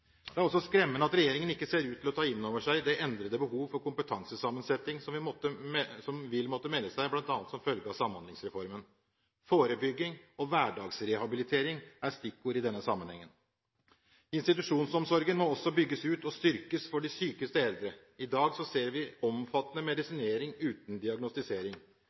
Det er også skremmende at regjeringen ikke ser ut til å ta inn over seg det endrede behovet for kompetansesammensetting som vil måtte melde seg, bl.a. som følge av Samhandlingsreformen. «Forebygging» og «hverdagsrehabilitering» er stikkord i denne sammenheng. Institusjonsomsorgen må også bygges ut og styrkes for de sykeste eldre. I dag ser vi omfattende medisinering uten diagnostisering.